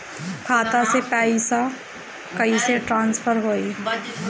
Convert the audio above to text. खाता से पैसा कईसे ट्रासर्फर होई?